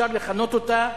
אפשר לכנות אותה